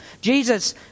Jesus